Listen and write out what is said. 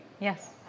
Yes